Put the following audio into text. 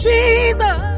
Jesus